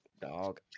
dog